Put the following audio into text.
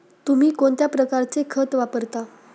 तुम्ही कोणत्या प्रकारचे खत वापरता?